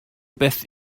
beth